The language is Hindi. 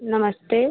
नमस्ते